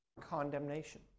condemnation